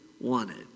wanted